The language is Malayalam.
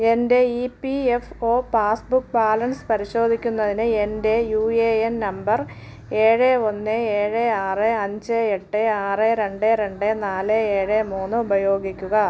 എൻറെ E P F O passbook balance പരിശോധിക്കുന്നതിന് എൻറെ യു എ എൻ നമ്പർ ഏഴ് ഒന്ന് ഏഴ് ആറ് അഞ്ച് എട്ട് ആറ് രണ്ട് രണ്ടേ നാല് ഏഴ് മൂന്ന് ഉപയോഗിക്കുക